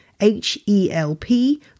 H-E-L-P